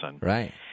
Right